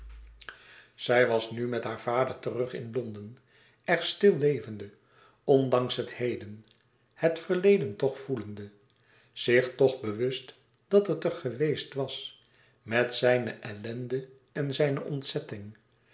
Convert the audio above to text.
zij was nu met haar vader terug in londen er stil levende ondanks het heden het verleden toch voelende zich toch bewust dat het er geweest was met zijne ellende en zijne ontzetting